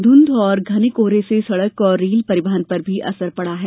धूंध और घने कोहरे से सड़क और रेल परिवहन पर भी असर पड़ा है